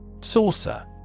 Saucer